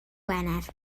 wener